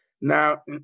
Now